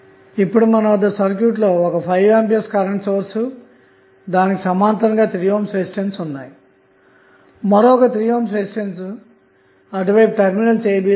ఇప్పుడు మన వద్ద సర్క్యూట్ లో ఒక 5A కరెంటు సోర్స్ దానికి సమాంతరంగా 3 ohm రెసిస్టన్స్ ఉన్నాయి మరొక 3 ohm రెసిస్టన్స్ అటు వైపు టెర్మినల్స్ ab లు కలవు